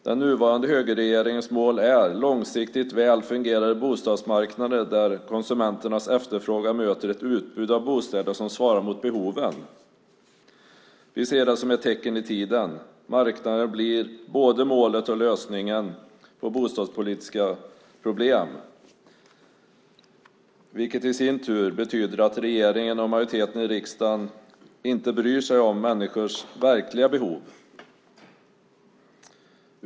Den nuvarande högerregeringens mål är långsiktigt väl fungerande bostadsmarknader där konsumenternas efterfrågan möter ett utbud av bostäder som svarar mot behoven. Vi ser det som ett tecken i tiden. Marknaden blir både målet och lösningen på bostadspolitiska problem, vilket i sin tur innebär att regeringen och majoriteten i riksdagen inte bryr sig om människors verkliga behov.